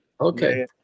Okay